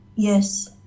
Yes